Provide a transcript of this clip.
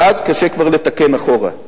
ואז כבר קשה לתקן אחורה.